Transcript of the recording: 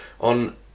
on